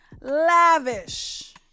lavish